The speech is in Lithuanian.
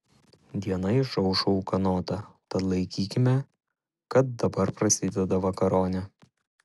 diena išaušo ūkanota tad laikykime kad dabar prasideda vakaronė